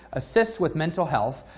assist with mental health,